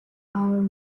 our